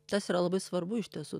tas yra labai svarbu iš tiesų